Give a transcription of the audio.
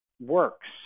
works